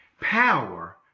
power